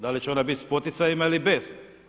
Da li će ona biti s poticajima ili bez.